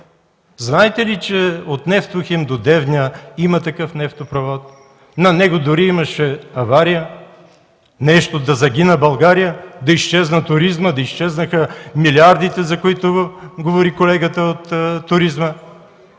Знаете ли, че от „Нефтохим” до Девня има такъв нефтопровод? На него дори имаше авария. Нещо – да загина България? Да изчезна туризма, да изчезнаха милиардите, за които говори колегата от туризма?